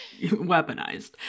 weaponized